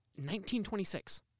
1926